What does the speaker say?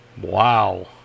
Wow